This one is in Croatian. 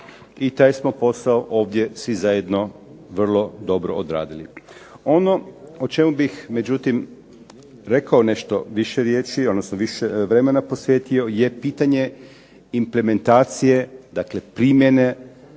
i taj smo posao ovdje svi zajedno vrlo dobro odradili. Ono o čemu bih međutim rekao nešto više riječi, odnosno više vremena posvetio je pitanje implementacije. Dakle, primjene